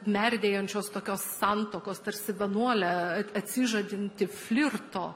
merdėjančios tokios santuokos tarsi venuolė atsižadanti flirto